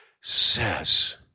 says